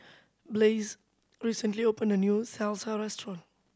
Blaise recently opened a new Salsa Restaurant